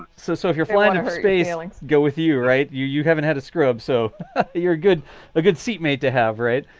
so so if you're flying over space, things go with you. right. you you haven't had a scrub, so you're good a good seatmate to have it.